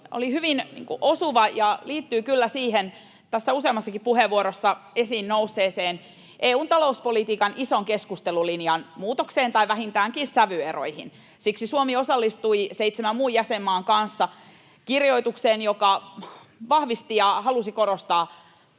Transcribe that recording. oli hyvin osuva ja liittyy kyllä tässä useammassakin puheenvuorossa esiin nousseeseen EU:n talouspolitiikan ison keskustelulinjan muutokseen tai vähintäänkin sävyeroihin. Siksi Suomi osallistui seitsemän muun jäsenmaan kanssa kirjoitukseen, joka vahvisti ja halusi korostaa